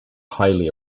highly